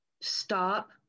stop